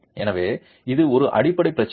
எனவே இது ஒரு அடிப்படை பிரச்சினை